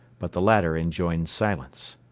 but the latter enjoined silence.